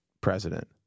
president